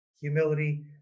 humility